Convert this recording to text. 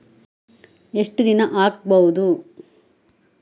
ಎಷ್ಟು ದಿನ ಆಗ್ಬಹುದು?